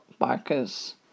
bikers